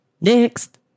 Next